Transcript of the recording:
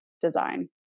design